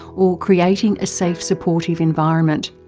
or creating a safe supportive environment.